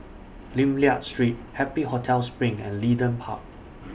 Lim Liak Street Happy Hotel SPRING and Leedon Park